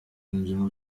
yunzemo